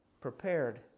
prepared